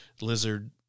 lizard